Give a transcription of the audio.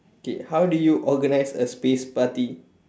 okay how do you organize a space party